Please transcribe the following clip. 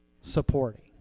supporting